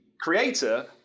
creator